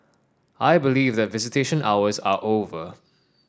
I believe that visitation hours are over